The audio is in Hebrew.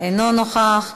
אינו נוכח,